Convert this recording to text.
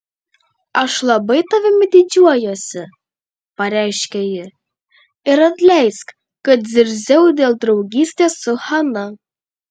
aš labai tavimi didžiuojuosi pareiškė ji ir atleisk kad zirziau dėl draugystės su hana